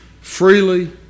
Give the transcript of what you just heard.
freely